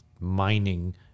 mining